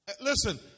Listen